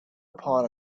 upon